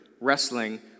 wrestling